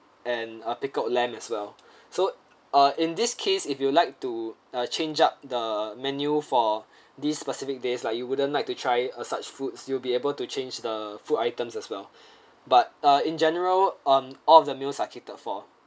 and as well so uh in this case if you would like to change up the menu for this specific days like you wouldn't like to try uh such foods you will be able to change the food items as well but ah in general um all of the meals are catered for